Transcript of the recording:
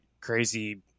crazy